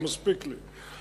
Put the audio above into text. זה מספיק לי.